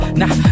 nah